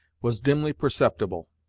was dimly perceptible,